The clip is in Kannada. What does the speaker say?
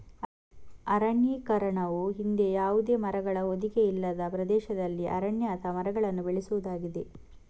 ಅರಣ್ಯೀಕರಣವು ಹಿಂದೆ ಯಾವುದೇ ಮರಗಳ ಹೊದಿಕೆ ಇಲ್ಲದ ಪ್ರದೇಶದಲ್ಲಿ ಅರಣ್ಯ ಅಥವಾ ಮರಗಳನ್ನು ಬೆಳೆಸುವುದಾಗಿದೆ